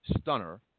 Stunner